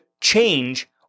change